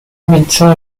médecin